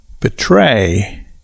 betray